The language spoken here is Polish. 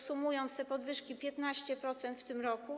Sumując te podwyżki, to 15% w tym roku.